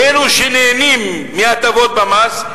לאלו שנהנים מהטבות במס,